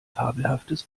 fabelhaftes